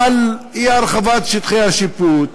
על אי-הרחבת שטחי השיפוט,